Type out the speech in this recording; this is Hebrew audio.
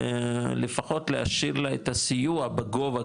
לפחות להשיב לה את הסיוע בגובה,